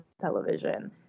television